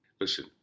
Listen